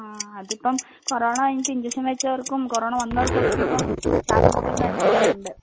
ആ അതിപ്പം കൊറോണ കഴിഞ്ഞിട്ട് ഇൻജഷൻ വച്ചവർക്കും കൊറോണ വന്നവർക്കൊക്കെ ഇപ്പം ശ്വാസംമുട്ടലും കാര്യങ്ങളൊക്കെ ഉണ്ട്